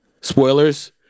spoilers